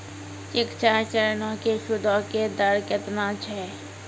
शिक्षा ऋणो के सूदो के दर केतना छै?